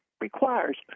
requires